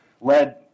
led